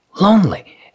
Lonely